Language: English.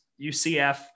UCF